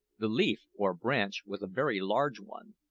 the leaf or branch was a very large one,